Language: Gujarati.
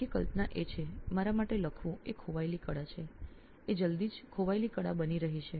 આખી કલ્પના એ છે કે હું માનું છે લેખન એ લુપ્ત કળા છે તે જલ્દી જ લુપ્ત કળા બની રહી છે